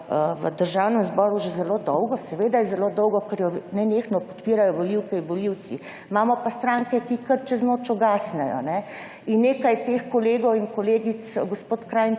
v Državnem zboru že zelo dolgo, seveda je zelo dolgo, ker jo nenehno podpirajo volivke in volivci. Imamo pa stranke, ki kar čez noč ugasnejo in nekaj teh kolegov in kolegic gospod Krajnc